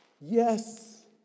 yes